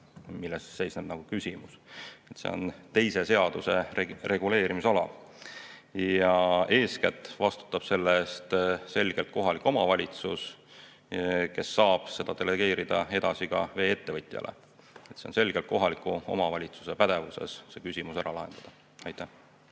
Milles seisneb küsimus? See on teise seaduse reguleerimisala. Eeskätt vastutab selle eest selgelt kohalik omavalitsus, kes saab seda delegeerida ka vee-ettevõtjale. See on selgelt kohaliku omavalitsuse pädevuses, et see küsimus ära lahendataks. Aitäh,